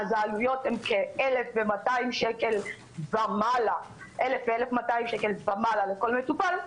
העלויות הן כ-1,200 שקל ומעלה לכל מטופל.